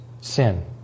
sin